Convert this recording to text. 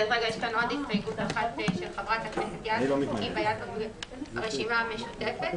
עוד הסתייגות של חברת הכנסת יזבק בשם הרשימה המשותפת.